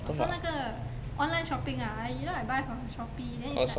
我从那个 online shopping ah you know I buy from Shopee then it's like